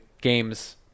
games